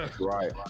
Right